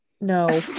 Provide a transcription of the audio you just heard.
no